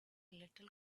little